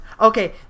Okay